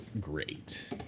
great